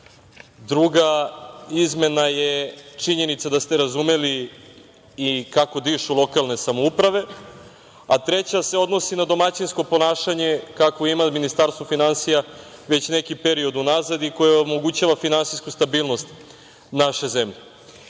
druga izmena je činjenica da ste razumeli i kako dišu lokalne samouprave, a treća se odnosi na domaćinsko ponašanje, kakvo ima Ministarstvo finansija već neki period unazad i koje omogućava finansijsku stabilnost naše zemlje. Prva